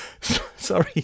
Sorry